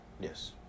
Yes